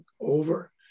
over